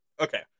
Okay